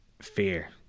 fear